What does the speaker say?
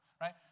Right